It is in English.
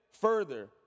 further